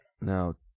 Now